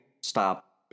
stop